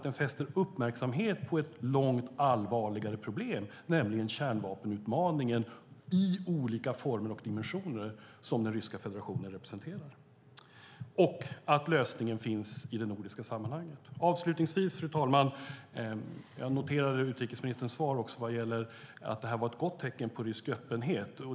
Den fäster uppmärksamhet på ett långt allvarligare problem, nämligen kärnvapenutmaningen i olika former och dimensioner som Ryska federationen representerar och att lösningen finns i de nordiska sammanhangen. Fru talman! Jag noterade utrikesministerns svar vad gäller att det här är ett gott tecken på rysk öppenhet.